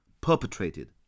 perpetrated